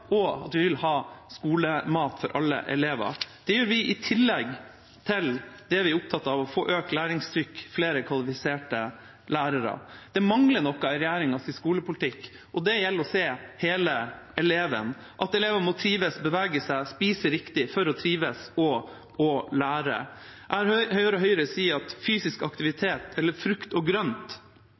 alle elever. Det vil vi i tillegg til at vi er opptatt av å få økt læringstrykk og flere kvalifiserte lærere. Det mangler noe i regjeringas skolepolitikk. Det handler om å se hele eleven. Elevene må trives, bevege seg og spise riktig for å trives og lære. Jeg hører Høyre si at fysisk aktivitet, eller i hvert fall frukt og grønt,